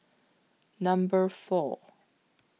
Number four